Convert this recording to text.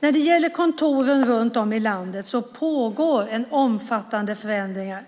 När det gäller kontoren runt om i landet pågår omfattande förändringar.